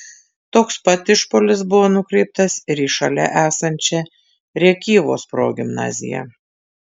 toks pat išpuolis buvo nukreiptas ir į šalia esančią rėkyvos progimnaziją